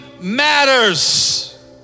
matters